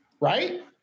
right